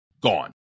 gone